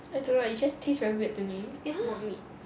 I don't know lah it just taste very weird to me mock meat